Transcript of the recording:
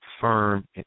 firm